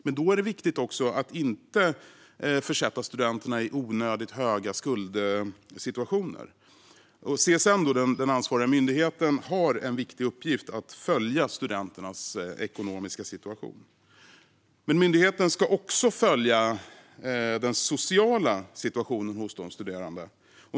Det är också viktigt att inte försätta studenterna i onödigt höga skuldsituationer. Den ansvariga myndigheten CSN har en viktig uppgift att följa studenternas ekonomiska situation. Myndigheten ska också följa den sociala situationen hos de studerande.